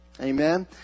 Amen